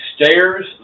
stairs